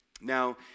Now